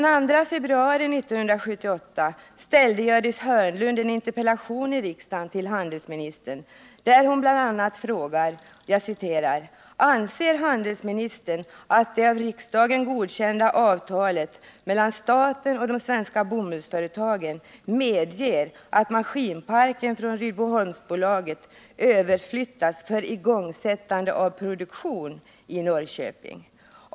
”Anser handelsministern att det av riksdagen godkända avtalet mellan staten och de svenska bomullsföretagen medger att maskinparken från Rydboholmsbolaget överflyttas för lgenesr ans av produktion i Norrköping?